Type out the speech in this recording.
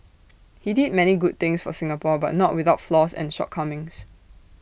he did many good things for Singapore but not without flaws and shortcomings